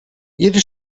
jede